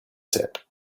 said